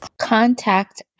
contact